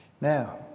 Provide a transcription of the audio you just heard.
Now